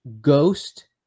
ghost